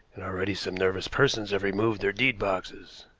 and already some nervous persons have removed their deed boxes.